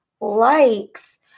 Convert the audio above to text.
likes